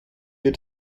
wir